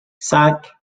cinq